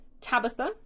tabitha